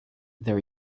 there